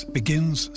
begins